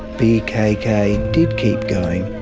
bkk did keep going.